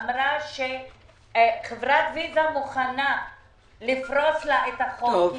אמרה שחברת ויזה מוכנה לפרוס לה את החוב,